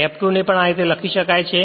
F2 ને આ રીતે પણ લખી શકાય છે